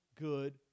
good